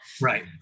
Right